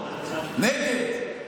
נגד.